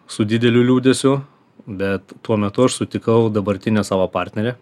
su dideliu liūdesiu bet tuo metu aš sutikau dabartinę savo partnerę